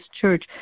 church